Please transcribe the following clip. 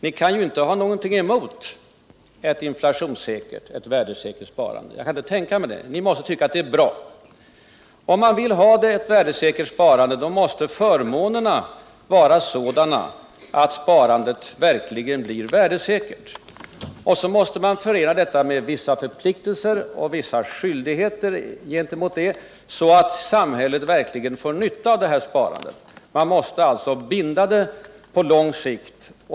Ni kan inte ha någonting emot ett värdesäkert sparande, jag kan inte tänka mig det. Ni måste tycka att det är bra. Sedan måste man förena deua sparande med vissa förpliktelser och skyldigheter, så att samhället verkligen får nytta av detta sparande. Man måste alltså binda det på lång sikt.